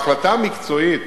ההחלטה המקצועית